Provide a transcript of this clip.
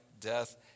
death